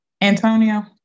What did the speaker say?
Antonio